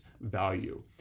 value